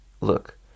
Look